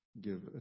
give